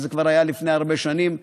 וזה כבר היה לפני הרבה שנים.